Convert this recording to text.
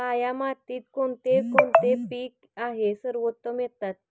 काया मातीत कोणते कोणते पीक आहे सर्वोत्तम येतात?